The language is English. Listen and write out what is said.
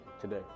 today